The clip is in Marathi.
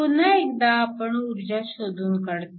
पुन्हा एकदा आपण ऊर्जा शोधून काढतो